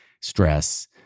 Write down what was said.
stress